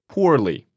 Poorly